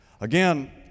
Again